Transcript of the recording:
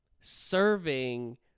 serving